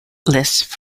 years